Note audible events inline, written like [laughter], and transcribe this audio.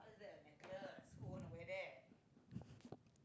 [laughs]